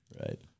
Right